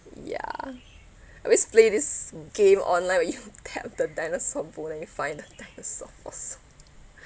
ya I always play this game online where you tap the dinosaur bone and you find the dinosaurs fossils